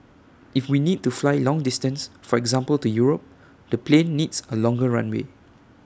if we need to fly long distance for example to Europe the plane needs A longer runway